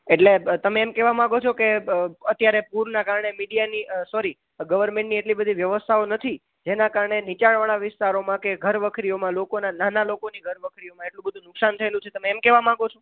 એટલે તમે એમ કેવા માંગો છો કે અત્યારે પૂરના કારણે મીડિયાની સોરી ગવર્મેન્ટની એટલી બધી વ્યવસ્થાઓ નથી જેના કારણે નીચાણ વાળા વિસ્તારોમાં કે ઘરવખરીઓમાં લોકો નાના લોકોની ઘરવખરીઓમાં એટલું બધું નુકશાન થયેલું છે તમે એમ કેવા માંગો છો